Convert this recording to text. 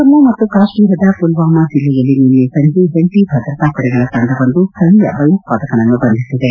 ಜಮ್ಮು ಮತ್ತು ಕಾಶ್ಮೀರದ ಪುಲ್ವಾಮಾ ಜಿಲ್ಲೆಯಲ್ಲಿ ನಿನ್ನೆ ಸಂಜಿ ಜಂಟಿ ಭದ್ರತಾ ಪಡೆಗಳ ತಂಡವೊಂದು ಸ್ಥಳೀಯ ಭಯೋತ್ವಾದಕನನ್ನು ಬಂಧಿಸಿದೆ